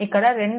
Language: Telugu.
ఈ 2